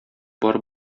бар